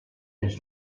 des